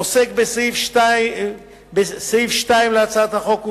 סעיף 2 להצעת החוק,